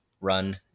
run